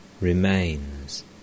Remains